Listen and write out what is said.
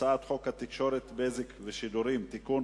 הצעת חוק התקשורת (בזק ושידורים) (תיקון,